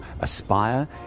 aspire